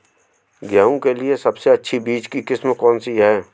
गेहूँ के लिए सबसे अच्छी बीज की किस्म कौनसी है?